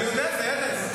אני יודע, זה ארז.